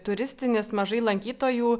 turistinis mažai lankytojų